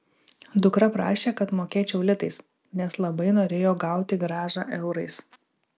dukra prašė kad mokėčiau litais nes labai norėjo gauti grąžą eurais